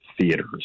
theaters